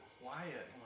quiet